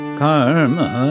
karma